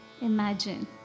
imagine